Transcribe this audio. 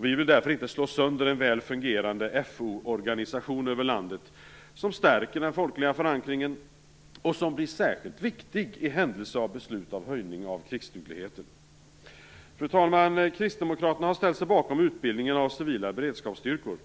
Vi vill därför inte slå sönder en väl fungerande FO-organisation över landet som stärker den folkliga förankringen och som blir särskilt viktig i händelse av beslut om höjning av krigsdugligheten. Fru talman! Kristdemokraterna har ställt sig bakom förslaget om utbildning av civila beredskapsstyrkor.